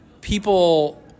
people